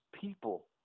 people